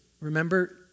Remember